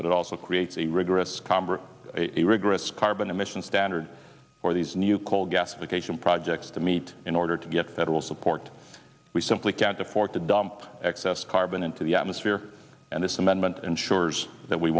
but it also creates a rigorous conver a rigorous carbon emission standards for these new coal gasification projects to meet in order to get federal support we simply can't afford to dump excess carbon into the atmosphere and this amendment ensures that we